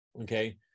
okay